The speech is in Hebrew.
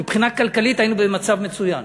מבחינה כלכלית היינו במצב מצוין.